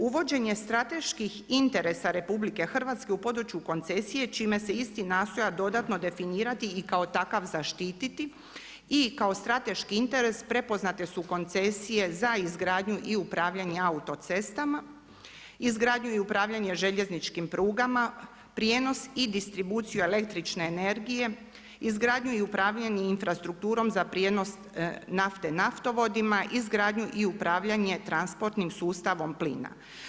Uvođenje strateških interesa RH u području koncesije čime se isti nastoji definirati i kao takav zaštititi i kao strateški interes prepoznate su koncesije za izgradnju i upravljanje autocestama, izgradnju i upravljanje željezničkim prugama, prijenos i distribuciju električne energije, izgradnju i upravljanje infrastrukturom za prijenos nafte naftovodima, izgradnju i upravljanje transportnim sustavom plina.